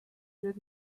did